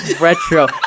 retro